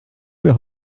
für